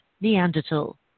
Neanderthal